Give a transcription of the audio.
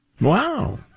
Wow